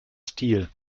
stil